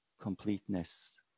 completeness